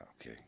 Okay